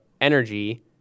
energy